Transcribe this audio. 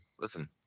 listen